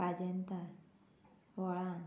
पाजेंतर व्हळान